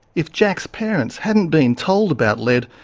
if jack's parents hadn't been told about lead,